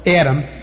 Adam